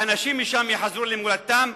האנשים משם יחזרו למולדתם,